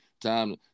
time